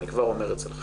אני כבר אומר את זה.